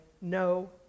no